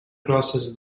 crosses